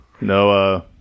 No